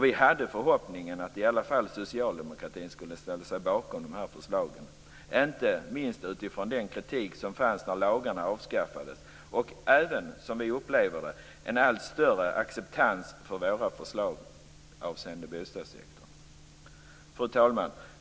Vi hade förhoppningen att i alla fall socialdemokraterna skulle ställa sig bakom förslagen, inte minst med tanke på kritiken när lagarna avskaffades och även, som vi upplever det, en allt större acceptans för våra förslag avseende bostadssektorn. Fru talman!